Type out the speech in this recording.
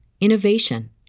innovation